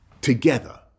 together